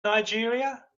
nigeria